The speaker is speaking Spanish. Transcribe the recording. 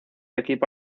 equipo